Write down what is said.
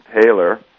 Taylor